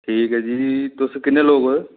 ठीक ऐ जी तुस किनननन्ने लोग ओ